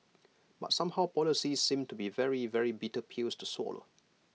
but somehow policies seem to be very very bitter pills to swallow